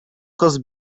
кыз